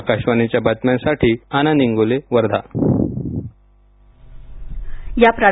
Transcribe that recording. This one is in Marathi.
आकाशवाणीच्या बातम्यांसाठी आनंद इंगोले वर्धा